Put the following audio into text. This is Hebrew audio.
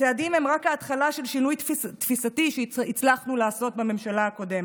הצעדים הם רק ההתחלה של שינוי תפיסתי שהצלחנו לעשות בממשלה הקודמת.